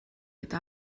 eta